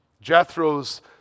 Jethro's